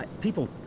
people